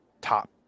top